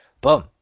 boom